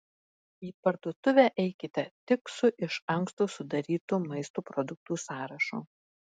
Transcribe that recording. į parduotuvę eikite tik su iš anksto sudarytu maisto produktų sąrašu